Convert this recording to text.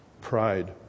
pride